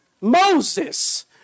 Moses